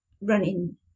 running